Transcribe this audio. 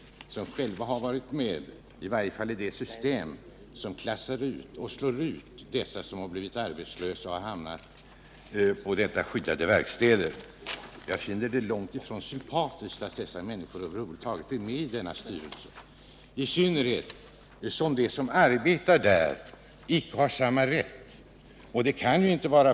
Styrelseledamöterna har ju själva i varje fall varit med i det system som klassat ut och slagit ut dem som blivit arbetslösa och hamnat på skyddade verkstäder. Jag tycker att det är långt ifrån sympatiskt att dessa människor över huvud taget är med i denna styrelse, i synnerhet som de som arbetar där icke har samma rätt som de övriga i styrelsen.